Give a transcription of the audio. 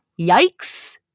yikes